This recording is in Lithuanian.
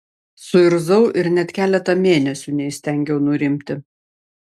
suirzau ir net keletą mėnesių neįstengiau nurimti